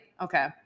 Okay